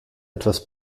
etwas